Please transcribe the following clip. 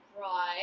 Right